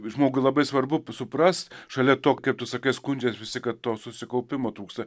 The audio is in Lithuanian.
žmogui labai svarbu supras šalia to kaip tu sakai skundžias visi kad to susikaupimo trūksta